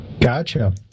gotcha